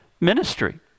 ministry